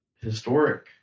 Historic